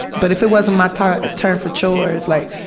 but if it wasn't my turn turn for chores, like,